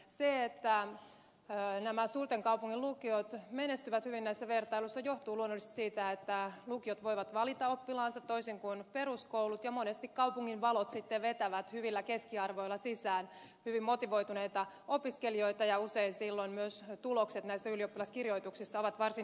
se että nämä suurten kaupunkien lukiot menestyvät hyvin näissä vertailuissa johtuu luonnollisesti siitä että lukiot voivat valita oppilaansa toisin kuin peruskoulut ja monesti kaupungin valot sitten vetävät hyvillä keskiarvoilla sisään hyvin motivoituneita opiskelijoita ja usein silloin myös tulokset näissä ylioppilaskirjoituksissa ovat varsin hyvät